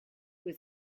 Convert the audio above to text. was